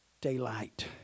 daylight